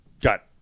got